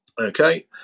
Okay